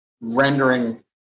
rendering